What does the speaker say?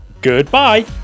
Goodbye